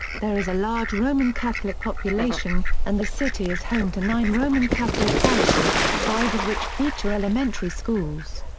there is a large roman catholic population, and the city is home to nine roman catholic parishes, five of which feature elementary schools.